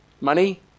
Money